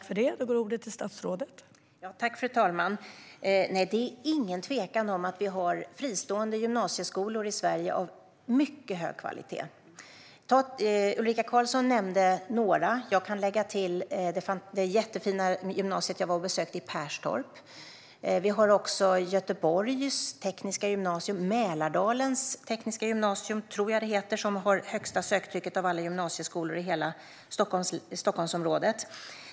Fru talman! Det är ingen tvekan om att vi har fristående gymnasieskolor av mycket hög kvalitet. Ulrika Carlsson nämnde några. Jag kan lägga till det jättefina gymnasiet som jag besökte i Perstorp. Vi har också Göteborgsregionens Tekniska Gymnasium och Mälardalens Tekniska Gymnasium, som har det högsta söktrycket av alla gymnasieskolor i hela Stockholmsområdet.